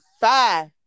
five